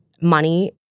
money